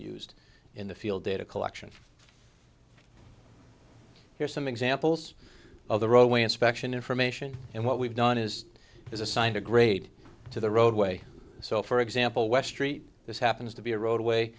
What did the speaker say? used in the field data collection here's some examples of the roadway inspection information and what we've done is is assigned a grade to the roadway so for example westry this happens to be a roadway